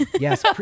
yes